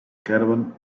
caravan